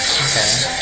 okay